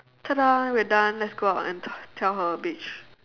tadah we're done let's go out and tell her bitch